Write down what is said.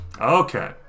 Okay